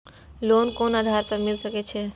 Loan कोन आधार पर मिल सके छे?